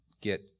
get